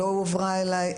לא הועברה אליי.